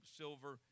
silver